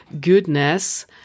Goodness